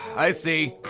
i see.